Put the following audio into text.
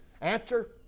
Answer